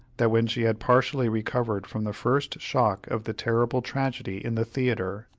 that when she had partially recovered from the first shock of the terrible tragedy in the theatre,